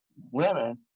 women